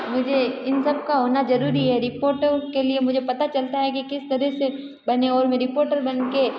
मुझे इन सब का होना ज़रूरी है रिपोर्टर के लिए मुझे पता चलता है कि किस तरीके से बने और मे रिपोर्टर बन के